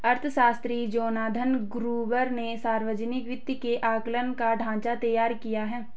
अर्थशास्त्री Jonathan Gruber ने सावर्जनिक वित्त के आंकलन का ढाँचा तैयार किया है